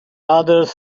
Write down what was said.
others